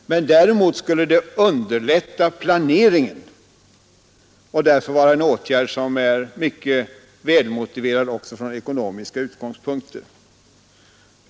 Däremot skulle det underlätta planeringen och därför vara en mycket välmotiverad åtgärd också från ekonomiska utgångspunkter.